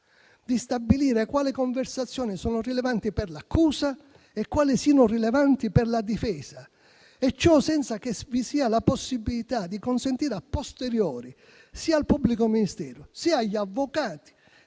di stabilire quali conversazioni siano rilevanti per l'accusa e quali per la difesa. E ciò avviene senza che vi sia la possibilità di consentire *a posteriori*, sia al pubblico ministero sia agli avvocati,